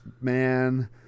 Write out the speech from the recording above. man